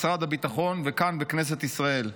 משרד הביטחון וכאן בכנסת ישראל.